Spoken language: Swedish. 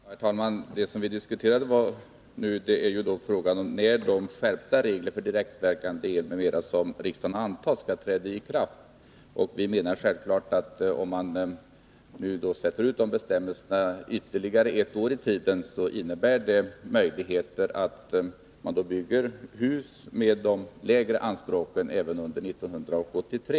Herr talman! Det vi nu diskuterar är när de skärpta regler för direktverkande el m.m. som riksdagen har antagit skall träda i kraft. Om man nu sätter ut de bestämmelserna ytterligare ett år i tiden, innebär det möjligheter att bygga hus med de lägre anspråken även under 1983.